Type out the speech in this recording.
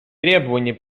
требования